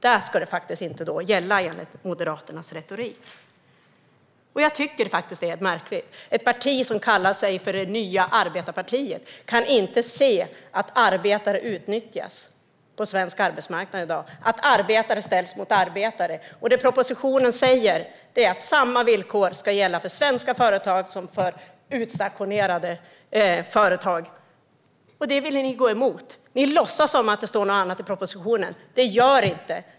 Där ska detta inte gälla, enligt Moderaternas retorik. Det är märkligt att det parti som kallar sig för det nya arbetarpartiet inte kan se att arbetare på svensk arbetsmarknad i dag utnyttjas. Arbetare ställs mot arbetare. Propositionen säger att samma villkor ska gälla för svenska företag som för utstationerade företag. Detta vill ni gå emot. Ni låtsas som att det står något annat i propositionen. Det gör det inte.